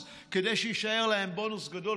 כדי שיישאר להם בונוס גדול,